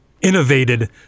innovated